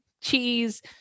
cheese